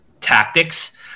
tactics